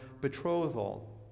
betrothal